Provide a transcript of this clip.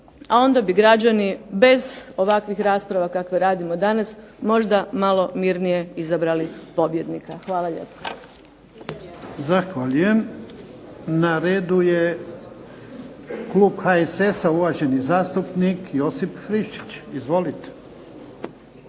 a onda bi građani bez ovakvih rasprava kakve radimo danas možda malo mirnije izabrali pobjednika. Hvala lijepa.